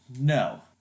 no